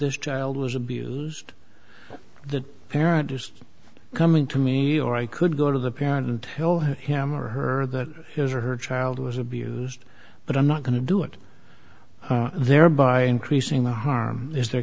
this child was abused the parent just coming to me or i could go to the parent and tell him or her that his or her child was abused but i'm not going to do it thereby increasing the harm is the